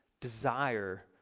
desire